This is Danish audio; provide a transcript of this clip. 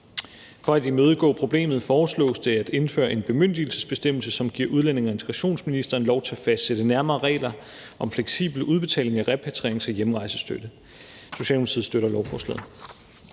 For at imødegå problemet foreslås det at indføre en bemyndigelsesbestemmelse, som giver udlændinge- og integrationsministeren lov til at fastsætte nærmere regler om fleksibel udbetaling af repatrierings- og hjemrejsestøtte. Socialdemokratiet støtter lovforslaget.